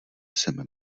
jsem